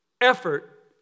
Effort